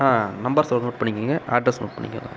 ஆ number சொல்லுறேன் note பண்ணிக்கோங்க address note பண்ணிக்கோங்க